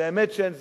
באמת אין זמן,